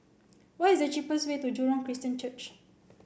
what is the cheapest way to Jurong Christian Church